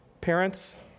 parents